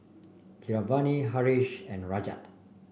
Keeravani Haresh and Rajat